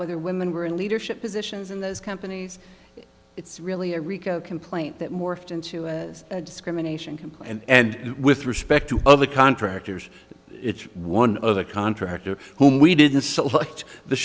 whether women were in leadership positions in those companies it's really a rico complaint that morphed into a discrimination complaint and with respect to other contractors it's one other contractor who we didn't select the